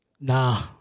nah